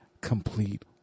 complete